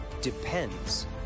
depends